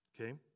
okay